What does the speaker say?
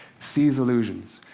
sees illusions,